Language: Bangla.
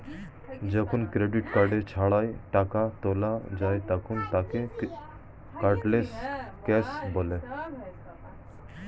যখন ডেবিট কার্ড ছাড়াই টাকা তোলা যায় তখন তাকে কার্ডলেস ক্যাশ বলে